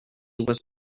was